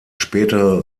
spätere